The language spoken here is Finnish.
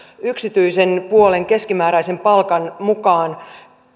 yksityisen puolen keskimääräisen palkan mukaan